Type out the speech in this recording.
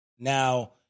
Now